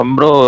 Bro